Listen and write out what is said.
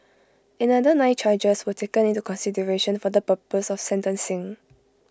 another nine charges were taken into consideration for the purpose of sentencing